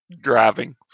driving